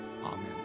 Amen